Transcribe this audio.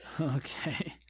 Okay